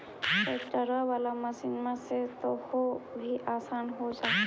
ट्रैक्टरबा बाला मसिन्मा से तो औ भी आसन हो जा हखिन?